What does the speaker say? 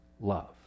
love